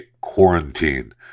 quarantine